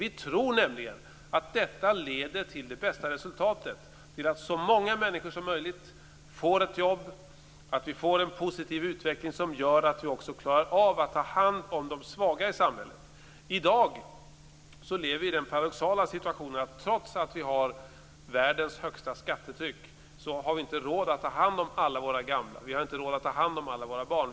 Vi tror nämligen att detta leder till det bästa resultatet, till att så många människor som möjligt får ett jobb, till att vi får en positiv utveckling som gör att vi också klarar av att ta hand om de svaga i samhället. I dag befinner vi oss i den paradoxala situationen att trots att vi har världens högsta skattetryck har vi inte råd att ta hand om alla våra gamla och alla våra barn.